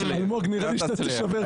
אלמוג, נראה לי שאתה תישבר קודם.